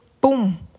boom